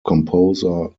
composer